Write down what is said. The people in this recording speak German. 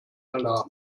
erlernen